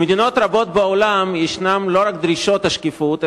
במדינות רבות בעולם יש לא רק דרישות שקיפות,